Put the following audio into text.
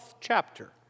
chapter